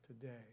today